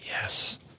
Yes